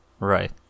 Right